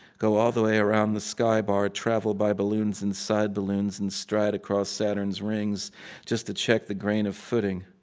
go all the way around the sky bar, travel by balloons, inside balloons, and stride across saturn's rings just to check the grain of footing.